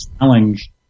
challenge